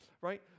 right